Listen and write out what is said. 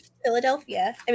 Philadelphia